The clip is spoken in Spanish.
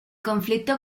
conflicto